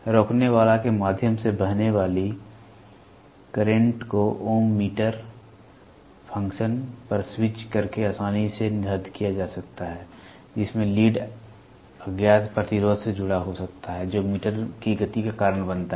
रोकनेवाला के माध्यम से बहने वाली करंट को ओम मीटर फ़ंक्शन पर स्विच करके आसानी से निर्धारित किया जा सकता है जिसमें लीड अज्ञात प्रतिरोध से जुड़ा हो सकता है जो मीटर की गति का कारण बनता है